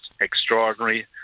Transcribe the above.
extraordinary